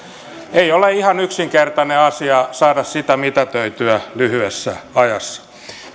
ei ole ihan yksinkertainen asia saada sitä mitätöityä lyhyessä ajassa